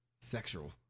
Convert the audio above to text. sexual